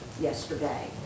yesterday